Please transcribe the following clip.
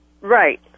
Right